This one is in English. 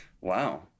Wow